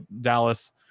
Dallas